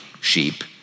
sheep